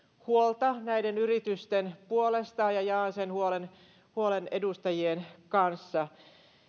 huolta näiden yritysten puolesta ja jaan sen huolen huolen edustajien kanssa